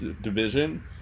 division